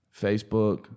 Facebook